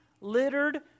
littered